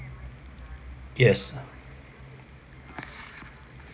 yes